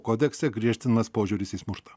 kodekse griežtinamas požiūris į smurtą